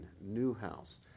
Newhouse